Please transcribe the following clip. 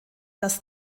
das